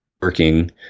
working